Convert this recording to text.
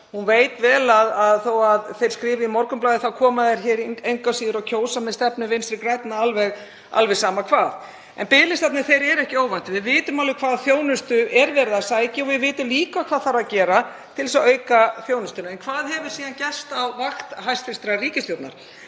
hún veit vel að þó að þeir skrifi í Morgunblaðið þá koma þeir engu að síður og greiða atkvæði með stefnu Vinstri grænna, alveg sama hvað. En biðlistarnir eru ekki óvæntir. Við vitum alveg hvaða þjónustu er verið að sækja og við vitum líka hvað þarf að gera til þess að auka þjónustuna. En hvað hefur síðan gerst á vakt hæstv. ríkisstjórnar?